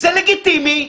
זה לגיטימי.